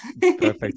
perfect